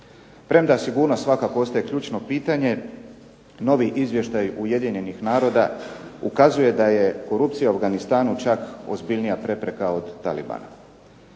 Premda sigurnost ostaje svakako ključno pitanje, novi izvještaj Ujedinjenih naroda ukazuje da je korupcija u Afganistanu čak ozbiljnija prepreka od Talibana.